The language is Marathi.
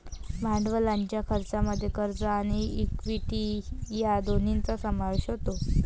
भांडवलाच्या खर्चामध्ये कर्ज आणि इक्विटी या दोन्हींचा समावेश होतो